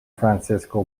francisco